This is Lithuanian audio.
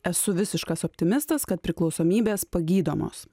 esu visiškas optimistas kad priklausomybės pagydomos